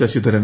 Sasidharan